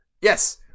Yes